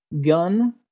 gun